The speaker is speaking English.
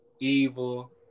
Evil